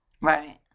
Right